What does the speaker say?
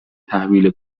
تحویل